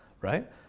Right